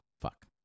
Fuck